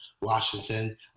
Washington